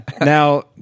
Now